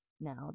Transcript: Now